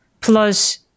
Plus